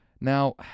Now